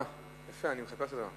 איתן כבל.